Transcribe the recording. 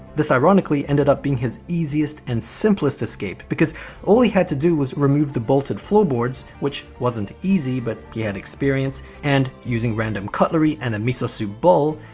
this ironically ended up being his easiest and simplest escape because all he had to do was remove the bolted floorboards, which wasn't easy but he had experience, and using random cutlery and a miso soup bowl,